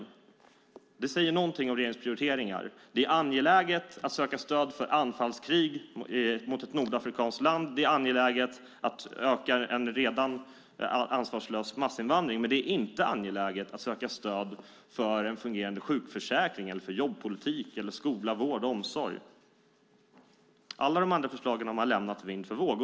Det säger någonting om regeringens prioriteringar: Det är angeläget att söka stöd för anfallskrig mot ett nordafrikanskt land, det är angeläget att öka en redan ansvarslös massinvandring, men det är inte angeläget att söka stöd för en fungerande sjukförsäkring, för jobbpolitik eller för skola, vård och omsorg. Alla de andra förslagen har man lämnat vind för våg.